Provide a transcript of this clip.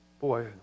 Boy